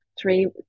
three